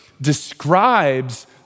describes